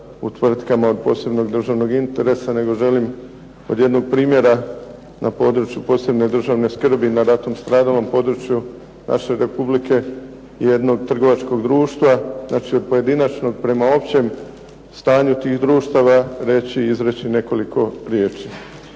u tvrtkama od posebnog državnog interesa nego želim od jednog primjera na području posebne državne skrbi na ratom stradalom području naše Republike jednog trgovačkog društva, znači od pojedinačnog prema općem stanju tih društava reći i izreči nekoliko riječi.